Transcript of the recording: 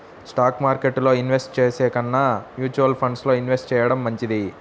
stock మార్కెట్టులో invest చేసే కన్నా మ్యూచువల్ ఫండ్స్ లో ఇన్వెస్ట్ చెయ్యడం మంచిది